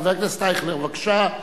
חבר הכנסת אייכלר, בבקשה.